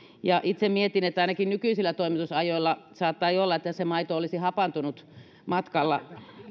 itse mietin että ainakin nykyisillä toimitusajoilla saattaa olla niin että se maito olisi jo hapantunut matkalla